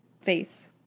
face